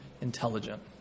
intelligent